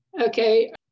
Okay